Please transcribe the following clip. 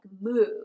move